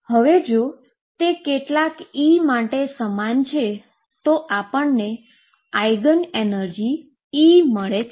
હવે જો તે કેટલાક E માટે સમાન છે તો આપણને આઈગન એનર્જી E મળે છે